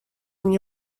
мне